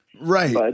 Right